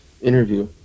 interview